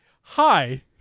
hi